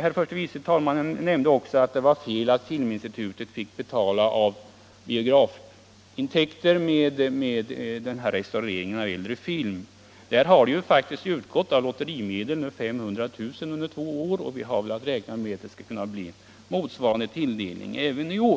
Herr förste vice talmannen ansåg att det var fel att Filminstitutet fick betala restaureringen av äldre filmer med biografintäkter. Men det har faktiskt utgått 500 000 kr. från lotterimedlen i två år, och vi kan väl räkna med motsvarande tilldelning även i år.